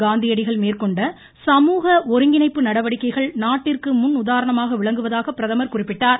காந்தியடிகள் மேற்கொண்ட சமூக ஒருங்கிணைப்பு நடவடிக்கைகள் நாட்டிற்கு முன் உதாரணமாக விளங்குவதாக பிரதமர் குறிப்பிட்டார்